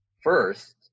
first